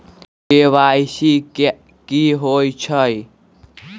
KYC कि होई छई?